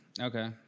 Okay